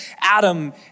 Adam